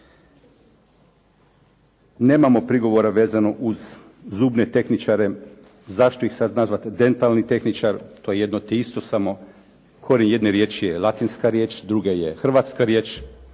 Nemamo prigovora vezano uz zubne tehničare. Zašto ih sad nazvati dentalni tehničar. To je jedno te isto, samo korijen jedne riječi je latinska riječ, druga je hrvatska riječ.